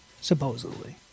supposedly